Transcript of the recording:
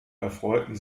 erfreuten